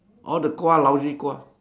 all the kuah lousy kuah